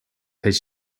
his